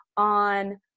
On